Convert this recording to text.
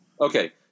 Okay